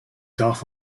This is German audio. darf